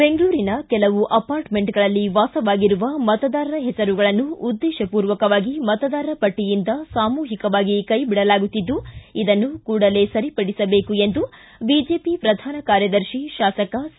ಬೆಂಗಳೂರಿನ ಕೆಲವು ಅಪಾರ್ಟ್ಮೆಂಟ್ಗಳಲ್ಲಿ ವಾಸವಾಗಿರುವ ಮತದಾರರ ಹೆಸರುಗಳನ್ನು ಉದ್ದೇಶಪೂರ್ವಕವಾಗಿ ಮತದಾರರ ಪಟ್ಟಿಯಿಂದ ಸಾಮೂಹಿಕವಾಗಿ ಕೈ ಬಿಡಲಾಗುತ್ತಿದ್ದು ಇದನ್ನು ಕೂಡಲೇ ಸರಿಪಡಿಬೇಕು ಎಂದು ಬಿಜೆಪಿ ಪ್ರಧಾನ ಕಾರ್ಯದರ್ಶಿ ಶಾಸಕ ಸಿ